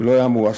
ולא היה מועסק.